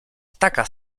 taka